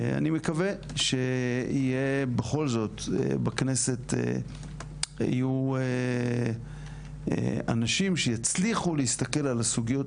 אני מקווה שבכל זאת בכנסת יהיו אנשים שיצליחו להסתכל על הסוגיות